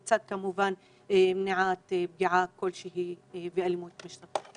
לצד כמובן מניעת פגיעה כלשהי ואלימות משטרתית.